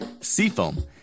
Seafoam